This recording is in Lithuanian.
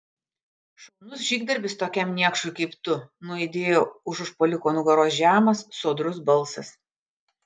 šaunus žygdarbis tokiam niekšui kaip tu nuaidėjo už užpuoliko nugaros žemas sodrus balsas